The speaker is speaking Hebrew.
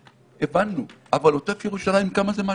הבנו, אבל עוטף ירושלים כמה זה מהשטח?